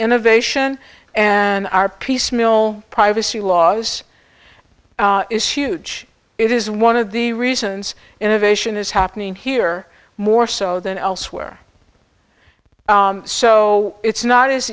innovation and our peace mil privacy laws is huge it is one of the reasons innovation is happening here more so than elsewhere so it's not as